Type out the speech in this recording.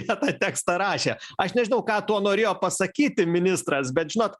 tie tą tekstą rašė aš nežinau ką tuo norėjo pasakyti ministras bet žinot